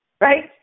right